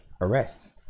arrest